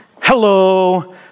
Hello